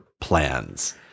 plans